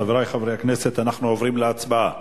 חברי חברי הכנסת, אנחנו עוברים להצבעה.